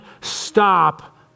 stop